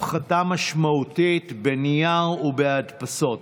הפחתה משמעותית בנייר ובהדפסות.